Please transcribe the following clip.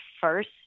first